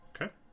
Okay